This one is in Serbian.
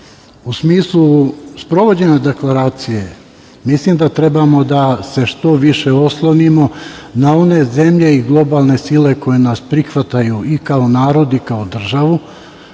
smislu sprovođenja deklaracije, mislim da treba da se što više oslonimo na one zemlje i globalne sile koje nas prihvataju i kao narod i kao državu,